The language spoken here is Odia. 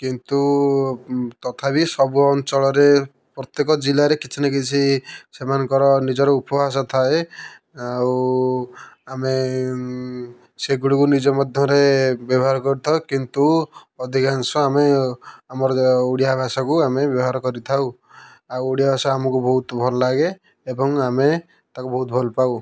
କିନ୍ତୁ ତଥାପି ସବୁ ଅଞ୍ଚଳରେ ପ୍ରତ୍ୟେକ ଜିଲ୍ଲାରେ କିଛି ନା କିଛି ସେମାନଙ୍କର ନିଜର ଉପଭାଷା ଥାଏ ଆଉ ଆମେ ସେଇଗୁଡିକୁ ନିଜ ମଧ୍ୟରେ ବ୍ୟବହାର କରିଥାଉ କିନ୍ତୁ ଅଧିକାଂଶ ଆମେ ଆମର ଓଡ଼ିଆ ଭାଷାକୁ ଆମେ ବ୍ୟବହାର କରିଥାଉ ଆଉ ଓଡ଼ିଆ ଭାଷା ଆମକୁ ବହୁତ ଭଲ ଲାଗେ ଏବଂ ଆମେ ତାକୁ ବହୁତ ଭଲ ପାଉ